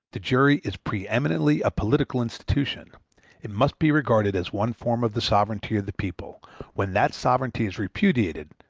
the jury is pre-eminently a political institution it must be regarded as one form of the sovereignty of the people when that sovereignty is repudiated,